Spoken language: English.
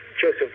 Joseph